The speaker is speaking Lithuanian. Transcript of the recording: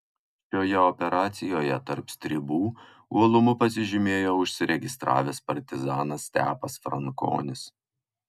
šioje operacijoje tarp stribų uolumu pasižymėjo užsiregistravęs partizanas stepas frankonis